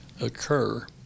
occur